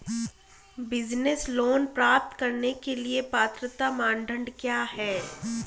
Business loan प्राप्त करने के लिए पात्रता मानदंड क्या हैं?